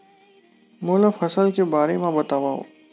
मोला फसल के बारे म बतावव?